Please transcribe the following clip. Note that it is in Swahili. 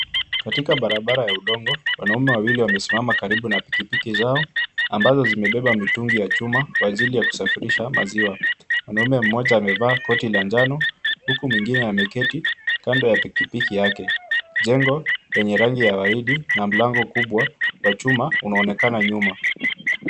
Katika barabara ya udongo, wanaume wawili wamesimama karibu na pikipiki zao ambazo zimebeba mitungi ya chuma, kwa ajili ya kusafirisha maziwa. Mwanamume mmoja amevaa koti la njano huku mwingine ameketi kando ya pikipiki yake. Jengo lenye rangi ya waridi na mlango kubwa wa chuma unaonekana nyuma.